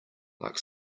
like